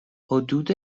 حدود